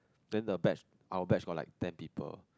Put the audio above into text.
then the batch our batch got like ten people